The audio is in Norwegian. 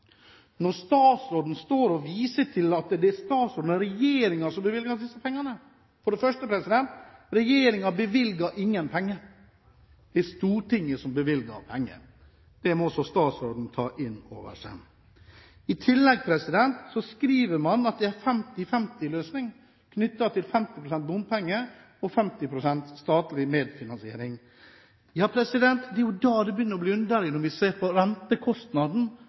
Statsråden står og viser til at det er regjeringen som bevilger disse pengene. For det første: Regjeringen bevilger ingen penger, det er Stortinget som bevilger penger. Det må også statsråden ta inn over seg. I tillegg skriver man at det er en 50/50-løsning – 50 pst. bompenger og 50 pst. statlig medfinansiering. Ja, men det er jo da det begynner å bli underlig, når vi ser på